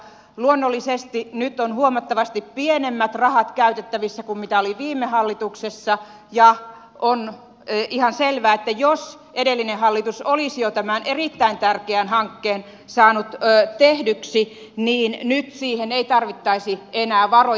luonnollisesti nyt on huomattavasti pienemmät rahat käytettävissä kuin mitä oli viime hallituksessa ja on ihan selvää että jos edellinen hallitus olisi jo tämän erittäin tärkeän hankkeen saanut tehdyksi niin nyt siihen ei tarvittaisi enää varoja